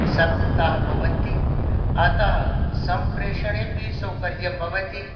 शक्ताः भवन्ति अतः सम्प्रेषणेऽपि सौकर्यं भवति